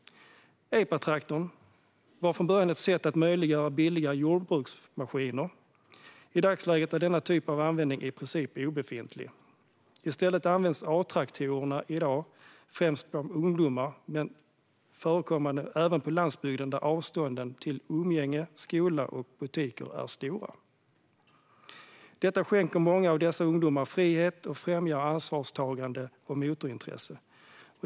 Epatraktorn var från början ett sätt att möjliggöra billiga jordbruksmaskiner. I dagsläget är denna typ av användning i princip obefintlig. I stället används A-traktorerna i dag främst av ungdomar. De är mest förekommande på landsbygden där avstånden till umgänge, skola och butiker är stora. Detta skänker många av dessa ungdomar frihet och främjar ansvarstagande och motorintresse.